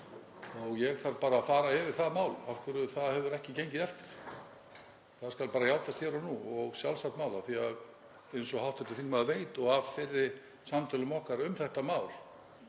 Ég þarf bara að fara yfir það mál, af hverju það hefur ekki gengið eftir. Það skal játast hér og nú og er sjálfsagt mál af því að eins og hv. þingmaður veit af fyrri samtölum okkar um þetta mál